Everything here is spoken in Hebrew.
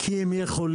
כי הם יכולים.